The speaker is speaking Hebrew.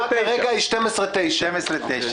התוצאה כרגע 12 בעד, תשעה נגד.